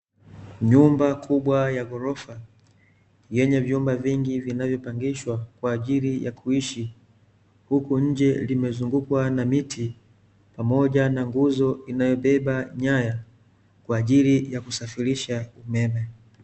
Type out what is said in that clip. Nyumba kubwa ya ghorofa, yenye vyumba vingi vinavyopangishwa kwa ajili ya kuishi, huku nje limezungukwa na miti pamoja na nguzo inayobeba nyaya kwa ajili ya kusafirisha umeme.